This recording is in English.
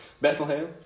Bethlehem